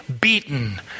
beaten